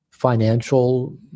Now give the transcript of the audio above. financial